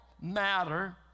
matter